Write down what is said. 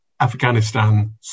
Afghanistan